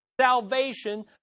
salvation